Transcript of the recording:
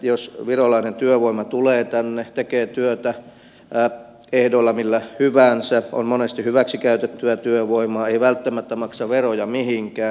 jos virolainen työvoima tulee tänne tekee työtä ehdoilla millä hyvänsä on monesti hyväksikäytettyä työvoimaa ei välttämättä maksa veroja mihinkään